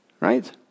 right